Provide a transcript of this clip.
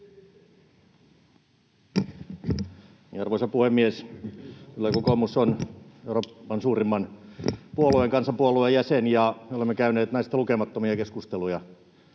Arvoisa puhemies! Kyllä kokoomus on Euroopan suurimman puolueen, kansanpuolueen, jäsen, ja me olemme käyneet näistä lukemattomia keskusteluja.